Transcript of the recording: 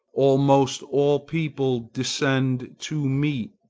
almost all people descend to meet.